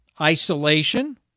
Isolation